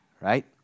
right